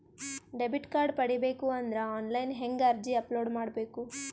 Debit card ಪಡಿಬೇಕು ಅಂದ್ರ online ಹೆಂಗ್ ಅರ್ಜಿ ಅಪಲೊಡ ಮಾಡಬೇಕು?